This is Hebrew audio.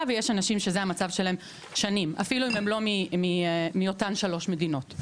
ויש אנשים שזה המצב שלהם גם שנים אפילו אם הם לא מאותן שלוש מדינות.